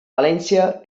valència